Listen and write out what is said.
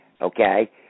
Okay